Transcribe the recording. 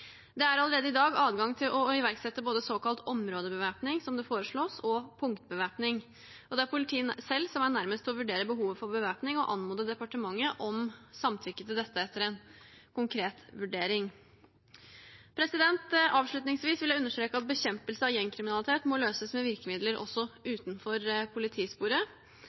Det er allerede i dag adgang til å iverksette både såkalt områdebevæpning, som det foreslås, og punktbevæpning, og det er politiet selv som er nærmest til å vurdere behovet for bevæpning og anmode departementet om samtykke til dette, etter en konkret vurdering. Avslutningsvis vil jeg understreke at bekjempelse av gjengkriminalitet må løses med virkemidler også utenfor politisporet.